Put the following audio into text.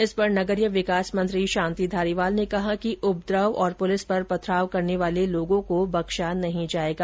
इस पर नगरीय विकास मंत्री शांति धारीवाल ने कहा कि उपद्रव तथा पुलिस पर पथराव करने वाले लोगों को बख्शा नहीं जायेगा